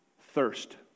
thirst